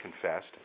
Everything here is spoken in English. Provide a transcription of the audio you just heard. confessed